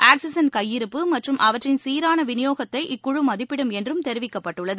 oxygen கையிருப்பு மற்றும் அவற்றின் சீரான விநியோகத்தை இக்குழு மதிப்பிடும் என்றும் தெரிவிக்கப்பட்டுள்ளது